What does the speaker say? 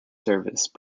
service